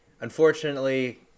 unfortunately